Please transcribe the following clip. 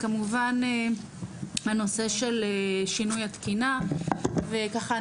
הנושא של שינוי התקינה וככה,